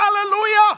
Hallelujah